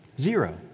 Zero